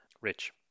Rich